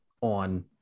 on